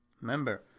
Remember